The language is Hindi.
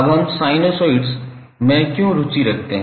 अब हम साइनसोइड्स में क्यों रुचि रखते हैं